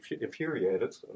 infuriated